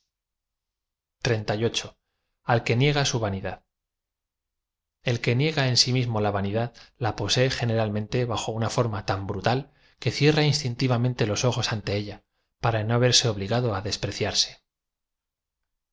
mismo que niega su vanidad e l que niega en si mismo la vanidad la posee gene ralmente bajo nna form a tan brutal que cierra instin tivam ente los ojos ante ella p ara no verse obligado á despreciarse